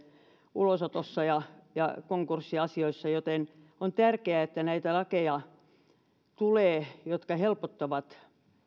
ulosotossa ja ja konkurssiasioissa joten on tärkeää että tulee näitä lakeja jotka helpottavat